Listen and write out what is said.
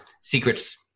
secrets